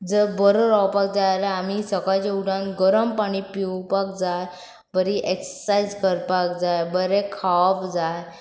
जर बरो रावपाक जाय जाल्यार आमी सकाळचे उदक गरम पाणी पिवपाक जाय बरी एक्ससायज करपाक जाय बरें खावप जाय